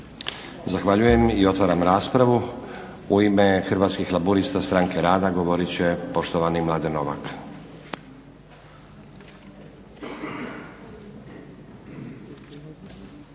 Zahvaljujem. Otvaram raspravu. U ime Hrvatskih laburista-Stranke rada govorit će poštovani Mladen Novak.